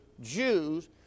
Jews